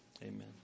Amen